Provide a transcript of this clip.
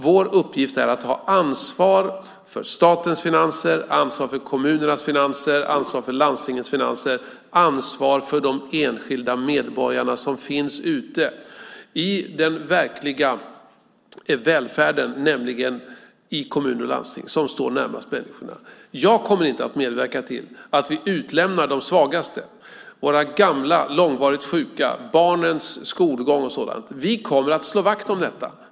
Vår uppgift är att ta ansvar för statens finanser, ansvar för kommunernas finanser, ansvar för landstingens finanser och ansvar för de enskilda medborgarna som finns i den verkliga välfärden, nämligen i kommuner och landsting. De står närmast människorna. Jag kommer inte att medverka till att vi utlämnar de svagaste, våra gamla, långvarigt sjuka, barnens skolgång och sådant. Vi kommer att slå vakt om dem.